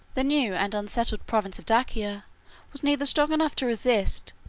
the new and unsettled province of dacia was neither strong enough to resist,